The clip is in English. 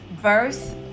verse